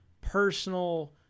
personal